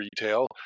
retail